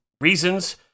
reasons